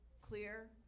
clear